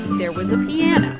there was a piano